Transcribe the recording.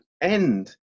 end